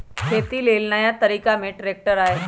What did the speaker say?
खेती लेल नया तरिका में ट्रैक्टर आयल